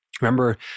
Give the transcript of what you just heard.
remember